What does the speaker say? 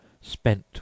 spent